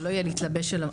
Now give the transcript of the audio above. זה לא יהיה להתלבש עליו,